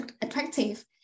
attractive